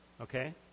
okay